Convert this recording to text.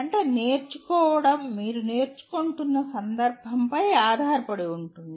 అంటే నేర్చుకోవడం మీరు నేర్చుకుంటున్న సందర్భంపై ఆధారపడి ఉంటుంది